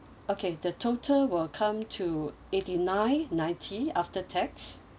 okay the total will come to eighty nine ninety after tax